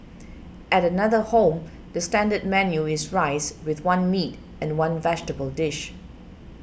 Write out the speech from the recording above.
at another home the standard menu is rice with one meat and one vegetable dish